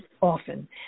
often